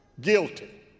guilty